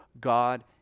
God